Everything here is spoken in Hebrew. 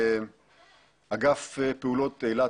אגף פעולות אילת,